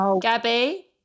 Gabby